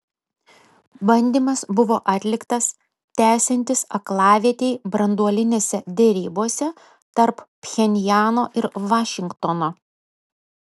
bandymas buvo atliktas tęsiantis aklavietei branduolinėse derybose tarp pchenjano ir vašingtono